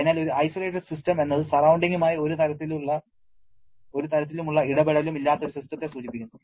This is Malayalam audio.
അതിനാൽ ഒരു ഐസൊലേറ്റഡ് സിസ്റ്റം എന്നത് സറൌണ്ടിങ്ങുമായി ഒരു തരത്തിലുള്ള ഇടപെടലും ഇല്ലാത്ത ഒരു സിസ്റ്റത്തെ സൂചിപ്പിക്കുന്നു